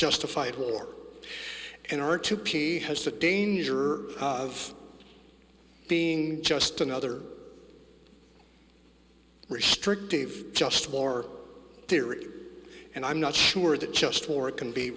justified war and r two p has the danger of being just another restrictive just war theory and i'm not sure that just war it can be